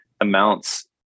amounts